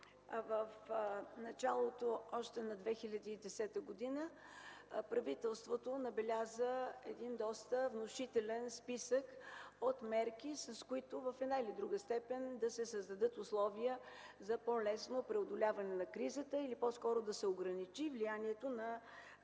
в началото на 2010 г. правителството набеляза един доста внушителен списък от мерки, с които в една или друга степен да се създадат условия за по-лесно преодоляване на кризата или по-скоро да се ограничи влиянието на